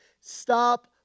Stop